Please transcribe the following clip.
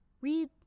Read